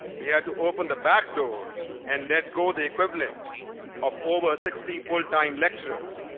we are to open the back door and let go the equivalent of over sixty full-time lecturers,